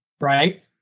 right